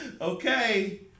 Okay